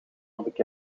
bekend